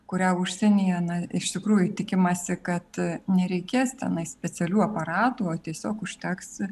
kurią užsienyje na iš tikrųjų tikimasi kad nereikės tenai specialių aparatų o tiesiog užteks